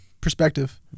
Perspective